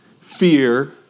fear